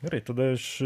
gerai tada aš